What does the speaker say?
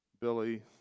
Billy